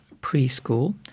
Preschool